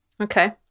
Okay